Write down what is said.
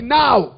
now